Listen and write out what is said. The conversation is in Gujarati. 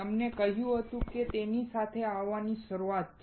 તેમણે કહ્યું હતું કે સાથે આવવાની શરૂઆત છે